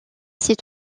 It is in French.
ses